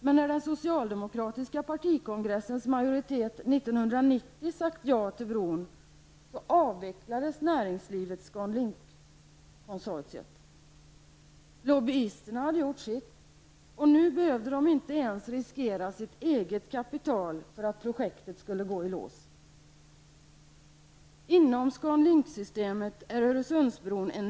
Men när den socialdemokratiska partikongressens majoritet 1990 sagt ja till bron avvecklade näringslivet ScanLink-konsortiet. Lobbyisterna hade gjort sitt, och nu behövde de inte ens riskera sitt eget kapital för att projektet skulle gå i lås. Öresundsbron är en nyckel inom ScanLinksystemet.